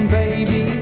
baby